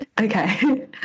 Okay